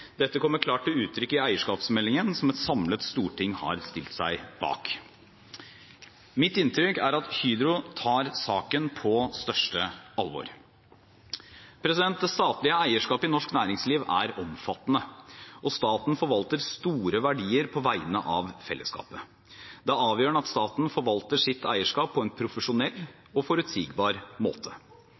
Dette kommer klart til uttrykk i eierskapsmeldingen, som et samlet storting har stilt seg bak. Mitt inntrykk er at Hydro tar saken på største alvor. Det statlige eierskapet i norsk næringsliv er omfattende, og staten forvalter store verdier på vegne av fellesskapet. Det er avgjørende at staten forvalter sitt eierskap på en profesjonell og forutsigbar måte.